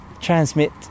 transmit